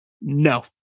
No